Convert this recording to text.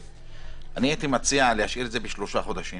הייתי מציע להשאיר שלושה חודשים